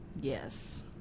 Yes